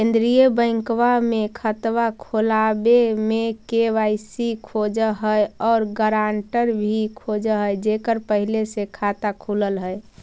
केंद्रीय बैंकवा मे खतवा खोलावे मे के.वाई.सी खोज है और ग्रांटर भी खोज है जेकर पहले से खाता खुलल है?